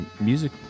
music